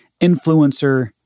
influencer